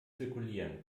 zirkulieren